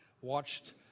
watched